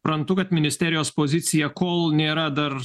suprantu kad ministerijos pozicija kol nėra dar